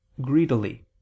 greedily